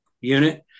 unit